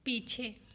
पीछे